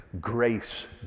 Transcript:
Grace